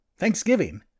Thanksgiving